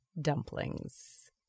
dumplings